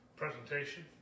presentation